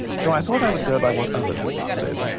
so i thought i would go by what other people said.